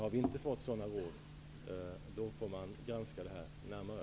Har vi inte fått sådana råd måste detta granskas närmare.